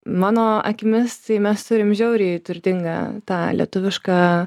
mano akimis tai mes turim žiauriai turtingą tą lietuvišką